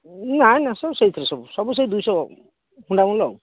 ନା ନା ସବୁ ସେଇଥିରେ ସବୁ ସେଇ ଦୁଇଶହ ହୁଣ୍ଡା ମୂଲ ଆଉ